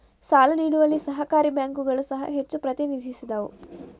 ಸಾಲ ನೀಡುವಲ್ಲಿ ಸಹಕಾರಿ ಬ್ಯಾಂಕುಗಳು ಸಹ ಹೆಚ್ಚು ಪ್ರತಿನಿಧಿಸಿದವು